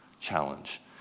challenge